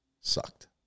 sucked